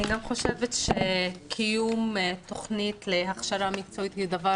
אני גם חושבת שקיום תוכנית להכשרה מקצועית היא דבר